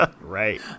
right